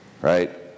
right